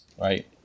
Right